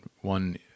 one